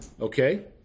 Okay